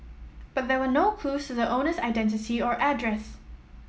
but there were no clues to the owner's identity or address